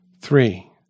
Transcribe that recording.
Three